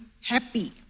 happy